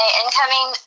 incoming